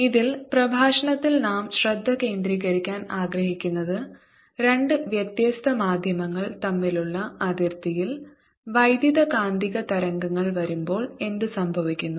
ഇതിൽ പ്രഭാഷണത്തിൽ നാം ശ്രദ്ധ കേന്ദ്രീകരിക്കാൻ ആഗ്രഹിക്കുന്നത് രണ്ട് വ്യത്യസ്ത മാധ്യമങ്ങൾ തമ്മിലുള്ള അതിർത്തിയിൽ വൈദ്യുതകാന്തിക തരംഗങ്ങൾ വരുമ്പോൾ എന്തുസംഭവിക്കുന്നു